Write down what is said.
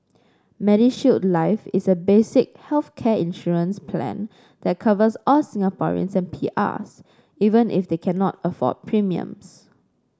MediShield Life is a basic healthcare insurance plan that covers all Singaporeans and PRs even if they cannot afford premiums